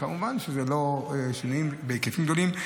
כמובן שאלה לא שינויים בהיקפים גדולים.